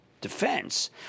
defense